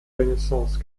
renaissance